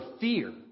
fear